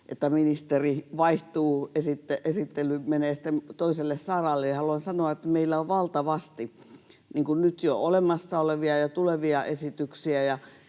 että ministeri vaihtuu, esittely menee sitten toiselle saralle, ja sanoa, että meillä on valtavasti nyt jo olemassa olevia ja tulevia esityksiä